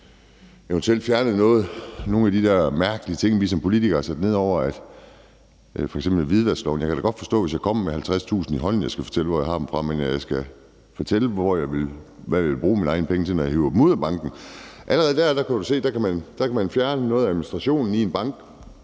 nogle af de der mærkelige ting, som vi som politikere har sat ned over det, f.eks. hvidvasklovgivningen. Jeg kan da godt forstå, at hvis jeg kommer med 50.000 kr., skal jeg fortælle, hvor jeg har dem fra, men at jeg skal fortælle, hvad jeg vil bruge mine egne penge til, når jeg giver dem ud af banken, kan jeg ikke forstå. Allerede der kan du se, at der kan man fjerne noget af administrationen i en bank,